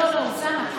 זה שני דברים שונים,